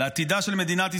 לעתידה של מדינת ישראל,